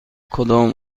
کدام